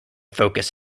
focus